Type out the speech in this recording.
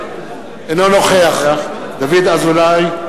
אינו נוכח דוד אזולאי,